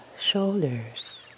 shoulders